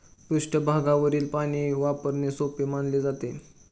पृष्ठभागावरील पाणी वापरणे सोपे मानले जाते